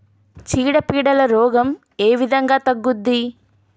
చీడ పీడల రోగం ఏ విధంగా తగ్గుద్ది?